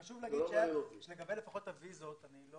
חשוב לומר שלפחות האשרות, היה